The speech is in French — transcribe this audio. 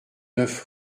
neuf